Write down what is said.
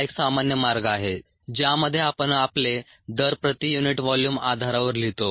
हा एक सामान्य मार्ग आहे ज्यामध्ये आपण आपले दर प्रति युनिट व्हॉल्यूम आधारावर लिहितो